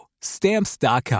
stamps.com